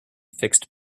fixed